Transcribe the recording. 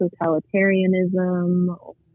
totalitarianism